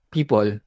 People